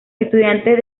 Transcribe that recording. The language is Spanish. estudiantes